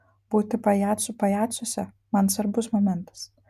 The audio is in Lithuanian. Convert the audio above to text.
būti pajacu pajacuose man svarbus momentas